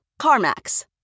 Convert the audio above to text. CarMax